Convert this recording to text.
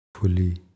fully